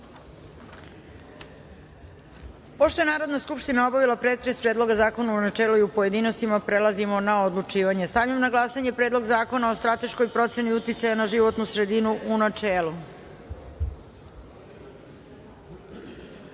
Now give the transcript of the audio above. je Narodna skupština obavila pretres Predloga zakona u načelu i u pojedinostima, prelazimo na odlučivanje. Stavljam na glasanje Predlog zakona o strateškoj proceni uticaja na životnu sredinu, u